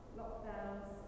lockdowns